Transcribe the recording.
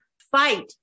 Fight